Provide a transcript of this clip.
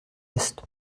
ist